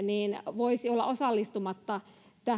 voisi olla osallistumatta